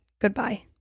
Goodbye